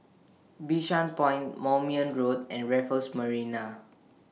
Bishan Point Moulmein Road and Raffles Marina